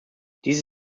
diese